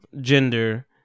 gender